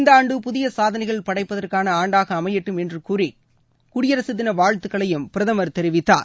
இந்த ஆண்டு புதிய சாதனைகள் படைப்பதற்கான ஆண்டாக அமையட்டும் என்று கூறி குடியரசு தின வாழ்த்துக்களையும் பிரதமர் தெரிவித்தார்